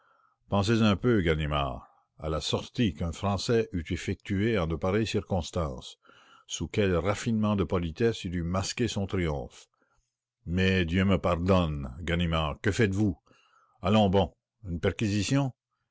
pensez un peu ganimard à la sortie qu'un français eut effectuée en de pareilles circonstances sous quels raffinements de politesse il eut masqué son triomphe mais dieu me pardonne ganimard que faites-vous donc allons bon une